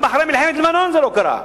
גם אחרי מלחמת לבנון זה לא קרה.